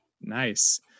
Nice